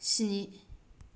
स्नि